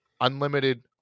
unlimited